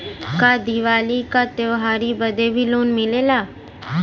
का दिवाली का त्योहारी बदे भी लोन मिलेला?